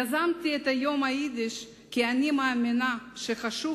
יזמתי את יום היידיש כי אני מאמינה שחשוב